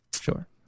sure